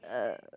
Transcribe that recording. uh